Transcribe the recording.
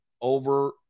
over